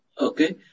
Okay